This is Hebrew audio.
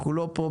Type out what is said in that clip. אנחנו לא הפוך.